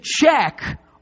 check